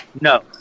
No